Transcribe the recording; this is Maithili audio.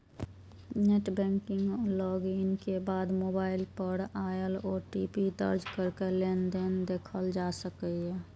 नेट बैंकिंग लॉग इन के बाद मोबाइल पर आयल ओ.टी.पी दर्ज कैरके लेनदेन देखल जा सकैए